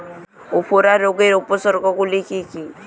উফরা রোগের উপসর্গগুলি কি কি?